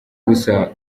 gusa